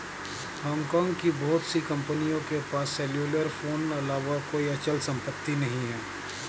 Hong Kong की बहुत सी कंपनियों के पास सेल्युलर फोन अलावा कोई अचल संपत्ति नहीं है